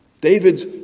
David's